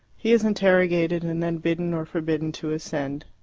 he is interrogated, and then bidden or forbidden to ascend.